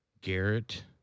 Garrett